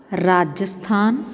Rajasthan